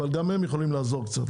אבל גם הם יכולים לעזור קצת.